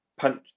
punch